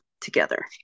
together